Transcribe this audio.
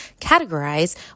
categorize